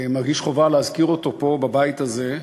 מרגיש חובה להזכיר אותו פה, בבית הזה,